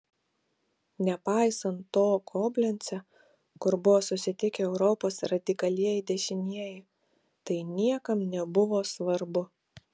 nepaisant to koblence kur buvo susitikę europos radikalieji dešinieji tai niekam nebuvo svarbu